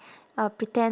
uh pretend